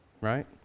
right